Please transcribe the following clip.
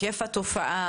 זה משפיל, זה לפעמים מבזה.